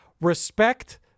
Respect